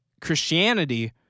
Christianity